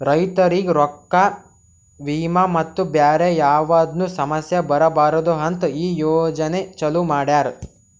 ರೈತುರಿಗ್ ರೊಕ್ಕಾ, ವಿಮಾ ಮತ್ತ ಬ್ಯಾರೆ ಯಾವದ್ನು ಸಮಸ್ಯ ಬರಬಾರದು ಅಂತ್ ಈ ಯೋಜನೆ ಚಾಲೂ ಮಾಡ್ಯಾರ್